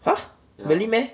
!huh! really meh